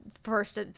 first